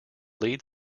lead